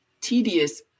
tedious